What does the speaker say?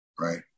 Right